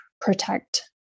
protect